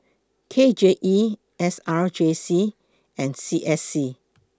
K J E S R J C and C S C